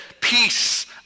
Peace